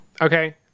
Okay